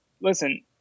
listen